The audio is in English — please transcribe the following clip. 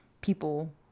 people